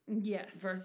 Yes